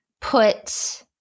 put